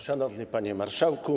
Szanowny Panie Marszałku!